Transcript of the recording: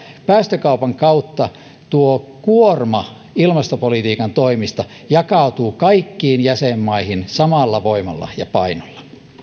päästökaupan kautta tuo kuorma ilmastopolitiikan toimista jakautuu kaikkiin jäsenmaihin samalla voimalla ja painolla